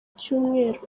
cyumweru